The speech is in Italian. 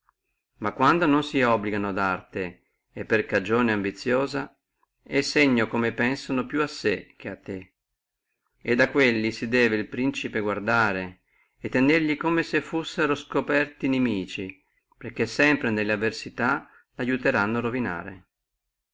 ma quando non si obbligano ad arte e per cagione ambiziosa è segno come pensano più a sé che a te e da quelli si debbe el principe guardare e temerli come se fussino scoperti inimici perché sempre nelle avversità aiuteranno